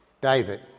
David